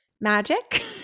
magic